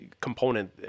component